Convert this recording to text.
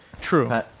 True